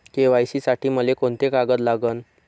KYC साठी मले कोंते कागद लागन?